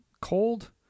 cold